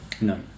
No